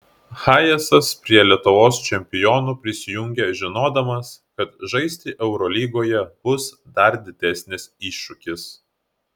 hayesas prie lietuvos čempionų prisijungė žinodamas kad žaisti eurolygoje bus dar didesnis iššūkis